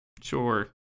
Sure